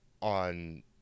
on